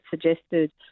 suggested